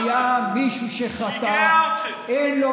שיגע אתכם.